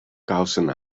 kousen